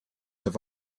have